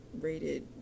rated